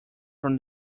from